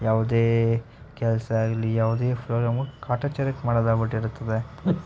ಯಾವುದೇ ಕೆಲಸ ಇರಲಿ ಯಾವುದೇ ಕಾಟಚಾರಕ್ಕೆ ಮಾಡೊದಾಗಿಬಿಟ್ಟಿರುತ್ತದೆ